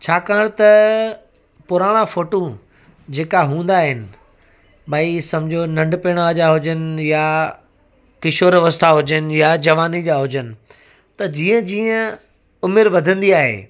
छाकाणि त पुराणा फ़ोटूं जेका हूंदा आहिनि भई सम्झो नंढपिण जा हुजनि या किशोर अवस्था हुजनि या जवानी जा हुजनि त जीअं जीअं उमिरि वधंदी आहे